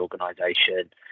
organization